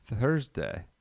Thursday